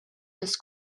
this